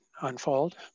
unfold